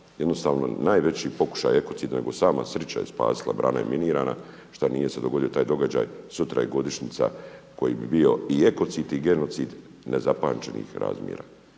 Jednostavno najveći pokušaj ekocida, nego sama sreća je spasila, brana je minirana šta nije se dogodio taj događaj. Sutra je godišnjica koji bi bio i ekocid i genocid nezapamćenih razmjera.